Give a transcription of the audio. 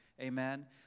amen